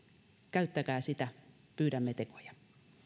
käyttäkää sitä pyydämme tekoja